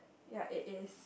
ya it is